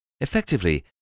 Effectively